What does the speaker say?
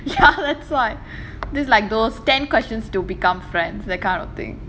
ya that's why this is like those ten questions to become friends that kind of thing